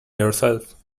yourself